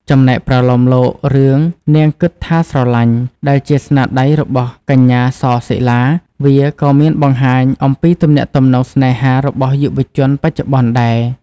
ចំណែកប្រលោមលោករឿង នាងគិតថាស្រឡាញ់ ដែលជាស្នាដៃរបស់កញ្ញា ស សិលា វាក៏មានបង្ហាញអំពីទំនាក់ទំនងស្នេហារបស់យុវជនបច្ចុប្បន្នដែរ។